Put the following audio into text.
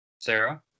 Sarah